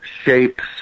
shapes